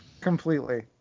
Completely